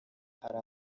hari